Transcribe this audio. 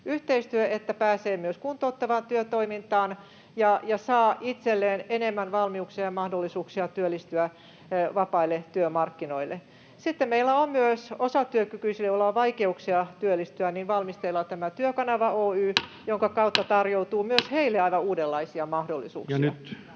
että pääsee myös kuntouttavaan työtoimintaan ja saa itselleen enemmän valmiuksia ja mahdollisuuksia työllistyä vapaille työmarkkinoille. Sitten meillä on myös osatyökykyisiä, joilla on vaikeuksia työllistyä, joten valmisteilla on tämä Työkanava Oy, jonka kautta tarjoutuu myös heille aivan uudenlaisia mahdollisuuksia.